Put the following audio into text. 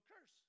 curse